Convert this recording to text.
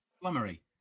Flummery